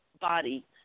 body